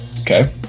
okay